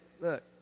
look